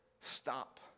stop